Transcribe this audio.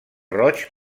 roig